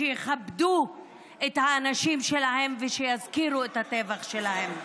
שיכבדו את האנשים שלהם ושיזכירו את הטבח שלהם.